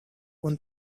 want